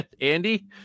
Andy